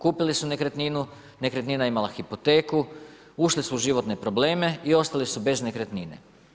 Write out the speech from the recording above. Kupili su nekretninu, nekretnina je imala hipoteku, ušli su u životne probleme i ostali su bez nekretnina.